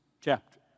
chapter